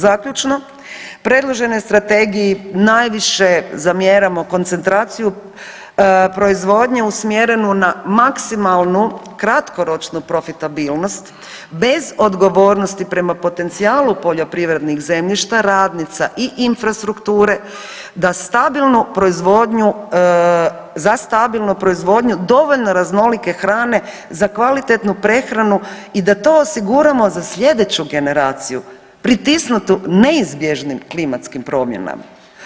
Zaključno, predloženoj Strategiji najviše zamjeramo koncentraciju proizvodnje usmjerenu na maksimalnu kratkoročnu profitabilnost, bez odgovornosti prema potencijalu poljoprivrednih zemljišta, radnica i infrastrukture, da stabilnu proizvodnju, za stabilnu proizvodnju dovoljno raznolike hrane, za kvalitetnu prehranu i da to osiguramo za sljedeću generaciju, pritisnutu neizbježnim klimatskim promjenama.